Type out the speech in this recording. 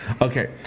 Okay